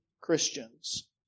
Christians